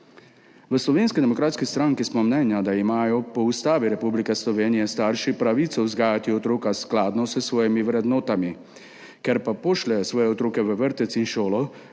V Slovenski demokratski stranki smo mnenja, da imajo po Ustavi Republike Slovenije starši pravico vzgajati otroka skladno s svojimi vrednotami. Ker pa pošljejo svoje otroke v vrtec in šolo,